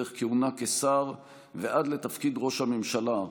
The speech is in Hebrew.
דרך כהונה כשר ועד לתפקיד ראש הממשלה,